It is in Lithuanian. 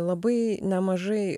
labai nemažai